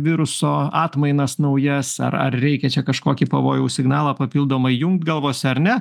viruso atmainas naujas ar ar reikia čia kažkokį pavojaus signalą papildomai jungt galvose ar ne